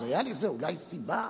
היתה לזה אולי סיבה.